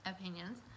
opinions